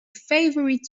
favourite